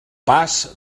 pas